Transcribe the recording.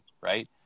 right